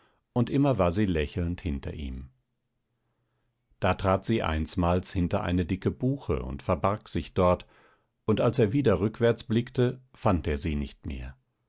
und immer war sie lächelnd hinter ihm da trat sie einsmals hinter eine dicke buche und verbarg sich dort und als er wieder rückwärts blickte fand er sie nicht mehr